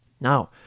Now